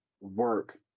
work